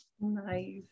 nice